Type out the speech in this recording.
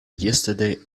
yesterday